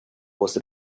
was